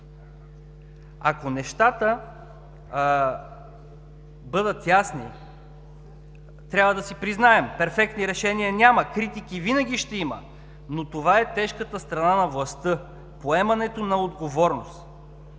особено честно. Трябва да си признаем, че перфектни решения няма, критики винаги ще има, но това е тежката страна на властта – поемането на отговорност.